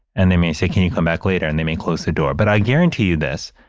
and they may say, can you come back later, and they may close the door. but i guarantee you this,